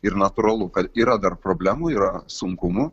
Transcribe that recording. ir natūralu kad yra dar problemų yra sunkumų